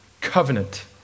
covenant